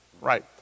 Right